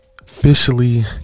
officially